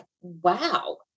wow